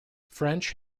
french